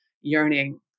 yearning